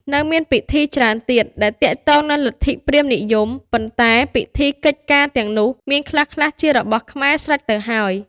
នៅមានពិធីច្រើនទៀត ដែលទាក់ទងនឹងលទ្ធិព្រាហ្មណ៍និយម ប៉ុន្តែពិធីកិច្ចការទាំងនោះ មានខ្លះៗជារបស់ខ្មែរស្រេចទៅហើយ។